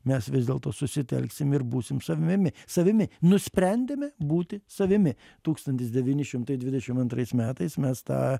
mes vis dėlto susitelksim ir būsim savimi savimi nusprendėme būti savimi tūkstantis devyni šimtai dvidešimt antrais metais mes tą